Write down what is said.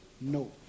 no